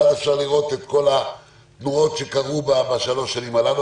ואז אפשר לראות את כל התנועות שקרו בשלוש שנים הללו.